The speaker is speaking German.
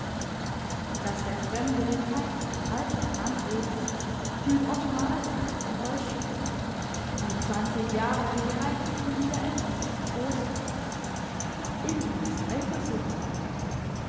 daß der fremde kein alter mann ist fühlt ottmar als eine enttäuschung die zwanzig jahre gereichen ihm wieder etwas zum troste in ihm ist eifersucht wach